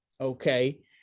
okay